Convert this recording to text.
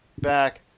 back